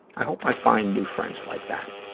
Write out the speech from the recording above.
i hope i find new friends like that.